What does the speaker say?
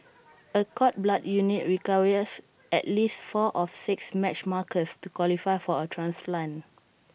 A cord blood unit requires at least four of six matched markers to qualify for A transplant